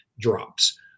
drops